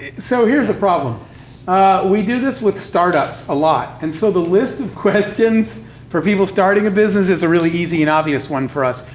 yeah so here's the problem we do this with startups a lot, and so the list of questions for people starting a businesses are really easy and obvious one for us.